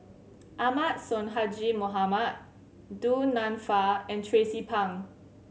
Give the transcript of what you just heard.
Ahmad Sonhadji Mohamad Du Nanfa and Tracie Pang